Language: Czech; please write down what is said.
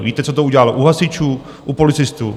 Víte, co to udělalo u hasičů, u policistů?